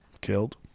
killed